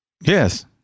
yes